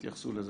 תתייחסו גם לזה